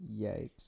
Yikes